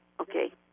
Okay